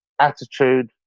attitude